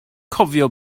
cofio